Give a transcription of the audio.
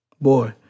Boy